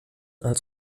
als